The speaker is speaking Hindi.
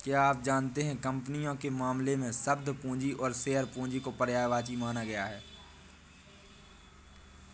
क्या आप जानते है कंपनियों के मामले में, शब्द पूंजी और शेयर पूंजी को पर्यायवाची माना गया है?